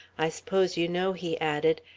i s'pose you know, he added,